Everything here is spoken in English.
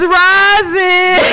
rising